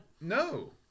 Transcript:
No